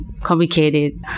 complicated